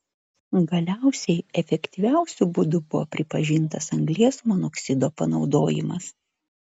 galiausiai efektyviausiu būdu buvo pripažintas anglies monoksido panaudojimas